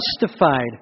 justified